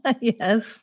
Yes